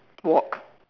walk